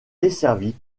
desservie